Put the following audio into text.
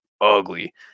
ugly